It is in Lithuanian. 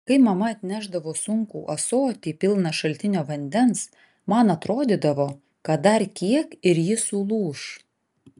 kai mama nešdavo sunkų ąsotį pilną šaltinio vandens man atrodydavo kad dar kiek ir ji sulūš